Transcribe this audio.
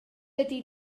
ydy